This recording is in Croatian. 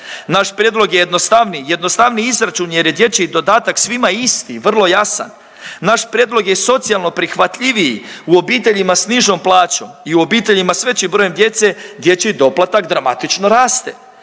je jednostavniji, jednostavniji izračun jer je dječji dodatak svima isti, vrlo jasan. Naš prijedlog je socijalno prihvatljiviji, u obiteljima s nižom plaćom i u obiteljima s većim brojem djece dječji doplatak dramatično raste.